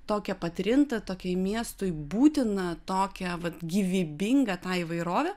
tokią patrintą tokiai miestui būtiną tokią gyvybingą tą įvairovę